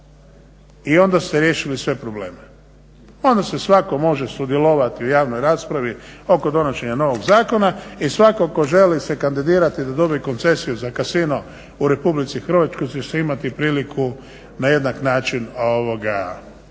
I onda ste riješili sve probleme. Onda se svatko može sudjelovati u javnoj raspravi oko donošenja novog zakona i svatko tko želi se kandidirati da dobije koncesiju za casino u Republici Hrvatskoj će se imati priliku na jednak način